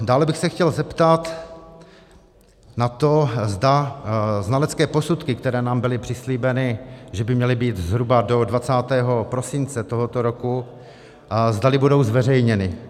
Dále bych se chtěl zeptat na to, zda znalecké posudky, které nám byly přislíbeny, že by měly být zhruba do 20. prosince tohoto roku, zdali budou zveřejněny.